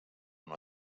una